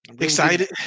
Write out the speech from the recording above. Excited